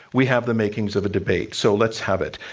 we have the makings of a debate. so, let's have it.